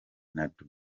nadu